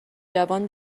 جوان